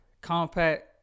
compact